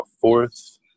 Fourth